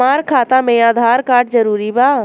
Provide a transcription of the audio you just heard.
हमार खाता में आधार कार्ड जरूरी बा?